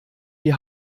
die